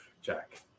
Jack